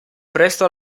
presto